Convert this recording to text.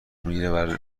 میگیره